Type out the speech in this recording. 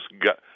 got